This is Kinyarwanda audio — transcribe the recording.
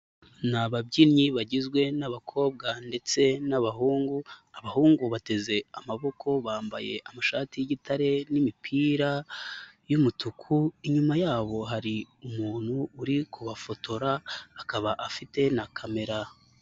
Ni ababyinnyi bagizwe n'abakobwa ndetse n'abahungu, abahungu bateze amaboko bambaye amashati y'igitare n'imipira y'umutuku, inyuma yabo hari umuntu uri kubafotora akaba afite na kamera.